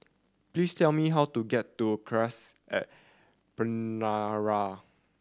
please tell me how to get to Cassia at Penjuru